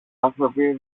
άνθρωποι